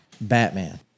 Batman